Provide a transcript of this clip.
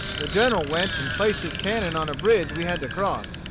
the general went and placed his cannon on a bridge we had to cross,